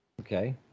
Okay